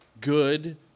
good